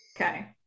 Okay